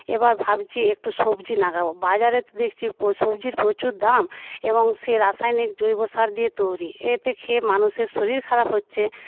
এবার ভাবছি একটু সবজি লাগাব বাজারে তো দেখছি সবজির প্রচুর দাম এবং সে রাসায়নিক জৈব সার দিয়ে তৈরি এতে খেয়ে মানুষের শরীর খারাপ হচ্ছে